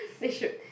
they should